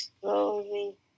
slowly